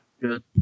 Good